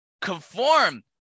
conform